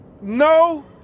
No